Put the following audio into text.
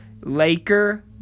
Laker